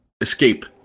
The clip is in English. escape